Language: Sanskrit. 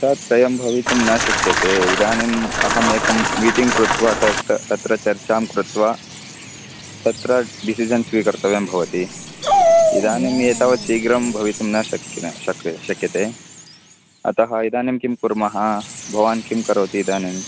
तत् त्रयं भवितुं न शक्यते इदानीम् अहम् एकं मिटिङ्ग् कृत्वा त क तत्र चर्चां कृत्वा तत्र डीसिजन् स्वीकर्तव्यं भवति इदानीम् एतावत् शीघ्रं भवितुं न शक्यते शक् शक्यते अतः इदा्नीं किं कुर्मः भवान् किं करोति इदानीं